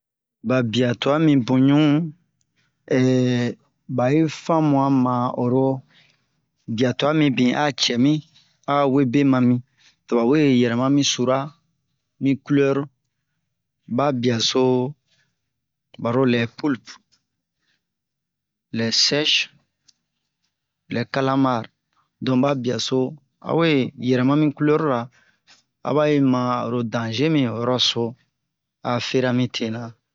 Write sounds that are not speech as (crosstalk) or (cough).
ba bia tua mi bun ɲu (hesitation) ba'i famu'a ma oro bia twa mi bin a cɛ mi a we be ma mi to ba we yɛrɛma mi sura mi culɛru ba biaso baro lɛ pulpe lɛ sɛsh lɛ kalamar don ba bia so a we yɛrɛma mi culɛru ra a ba yi ma oro dange mi ho yoro so a fera mi tena